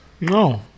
No